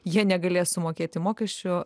jie negalės sumokėti mokesčių